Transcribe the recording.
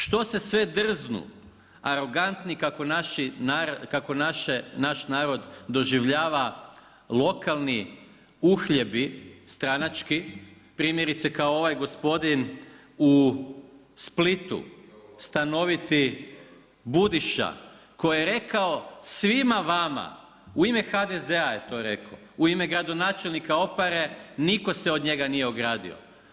Što se sve drznu, arogantni, kako naš narod doživljava, lokalni uhljebi stranački primjerice kao ovaj gospodin u Splitu, stanoviti Budiša koji je rekao svima vama u ime HDZ-a je to rekao u ime gradonačelnika Opare niko se od njega nije ogradio.